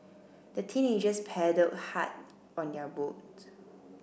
the teenagers paddled hard on their boat